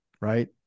right